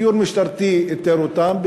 סיור משטרתי איתר אותם,